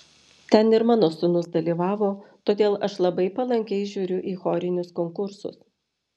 ten ir mano sūnus dalyvavo todėl aš labai palankiai žiūriu į chorinius konkursus